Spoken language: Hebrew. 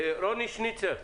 רוני שניצר,